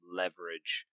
leverage